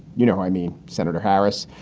you know i mean, senator harris,